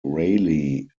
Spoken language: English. raleigh